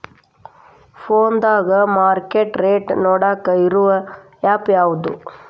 ಫೋನದಾಗ market rate ನೋಡಾಕ್ ಇರು ಆ್ಯಪ್ ಯಾವದು?